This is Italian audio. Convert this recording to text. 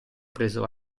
preso